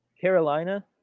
Carolina